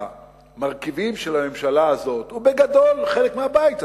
מהמרכיבים של הממשלה הזאת, ובגדול חלק מהבית הזה,